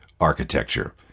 architecture